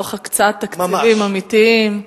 תוך הקצאת תקציבים אמיתיים,